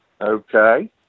Okay